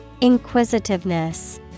Inquisitiveness